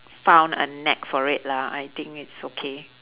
found a knack for it lah I think it's okay